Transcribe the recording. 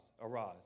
arise